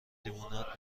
لیموناد